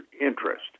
interest